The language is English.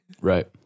Right